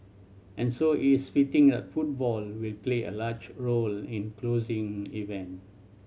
and so it is fitting that football will play a large role in closing event